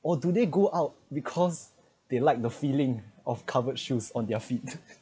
or do they go out because they like the feeling of covered shoes on their feet